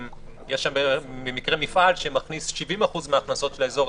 אם יש שם במקרה מפעל שמכניס 70% מההכנסות של האזור,